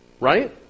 right